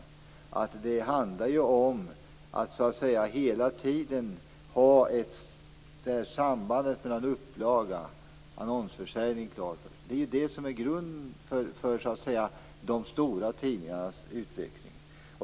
Det handlar om att hela tiden ha sambandet mellan upplaga och annonsförsäljning klart för sig. Det är detta som är grunden för de stora tidningarnas utveckling.